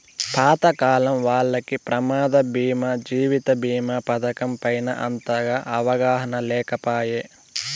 పాతకాలం వాల్లకి ప్రమాద బీమా జీవిత బీమా పతకం పైన అంతగా అవగాహన లేకపాయె